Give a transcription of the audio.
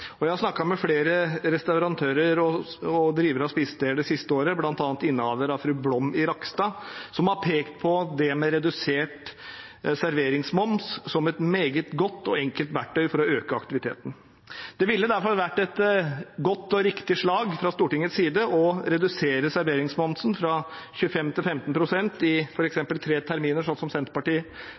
Jeg har snakket med flere restauratører og drivere av spisesteder det siste året, bl.a. innehaveren av Fru Blom i Rakkestad, som har pekt på redusert serveringsmoms som et meget godt og enkelt verktøy for å øke aktiviteten. Det ville derfor ha vært et godt og riktig slag fra Stortingets side å redusere serveringsmomsen fra 25 pst. til 15 pst. i f.eks. tre terminer, slik som Senterpartiet